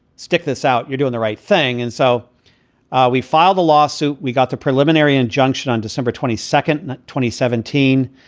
stick this out, you're doing the right thing. and so we filed the lawsuit. we got the preliminary injunction on december twenty second. twenty seventeen.